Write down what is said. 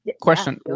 question